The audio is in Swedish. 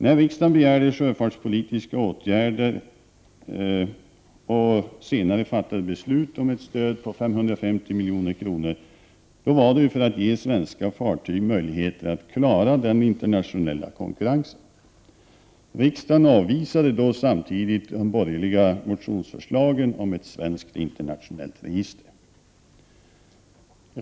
När riksdagen begärde sjöfartspolitiska åtgärder och senare fattade beslut om ett stöd på 550 milj.kr. var det för att ge svenska fartyg möjligheter att klara den internationella konkurrensen. Riksdagen avvisade samtidigt de borgerliga motionsförslagen om ett svenskt internationellt register.